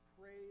Praise